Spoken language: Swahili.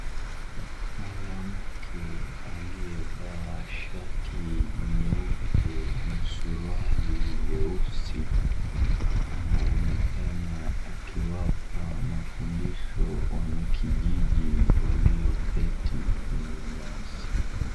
Mwanamke aliyevaa shati nyeupe na suruali nyeusi, anaonekana akiwapa mafundisho wanakijiji walio keti kwenye nyasi.